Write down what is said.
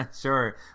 sure